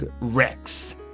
Rex